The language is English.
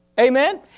Amen